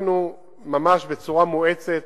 אנחנו מכניסים בצורה מואצת